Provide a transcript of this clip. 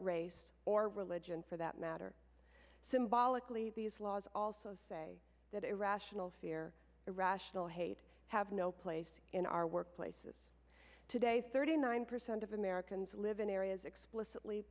race or religion for that matter symbolically these laws also say that irrational fear irrational hate have no place in our workplaces today thirty nine percent of americans live in areas explicitly